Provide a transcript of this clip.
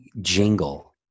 jingle